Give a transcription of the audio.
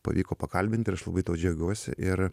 pavyko pakalbint ir aš labai tuo džiaugiuosi ir